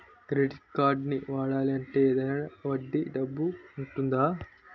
Credit కార్డ్ని వాడాలి అంటే ఏదైనా వడ్డీ డబ్బు ఉంటుందా?